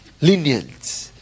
lenient